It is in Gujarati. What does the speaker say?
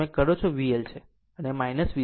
તમે કરો તે VL